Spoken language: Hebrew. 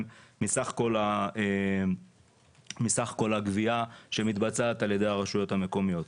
מסך כל הגבייה שמתבצעת על ידי הרשויות המקומיות.